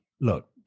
look